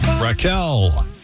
Raquel